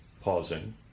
pausing